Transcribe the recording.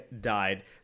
died